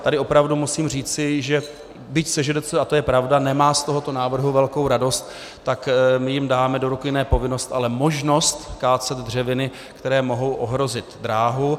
Tady opravdu musím říci, že byť SŽDC, a to je pravda, nemá z tohoto návrhu velkou radost, tak jim dáme do ruky ne povinnost, ale možnost kácet dřeviny, které mohou ohrozit dráhu.